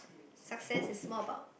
success is more about